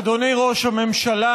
אדוני ראש הממשלה,